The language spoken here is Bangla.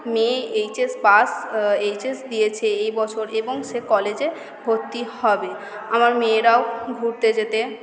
মেয়ে এইচ এস পাস আ এইচ এস দিয়েছে এই বছর এবং সে কলেজে ভর্তি হবে আমার মেয়েরাও ঘুরতে যেতে